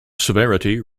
severity